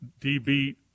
DB